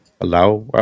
allow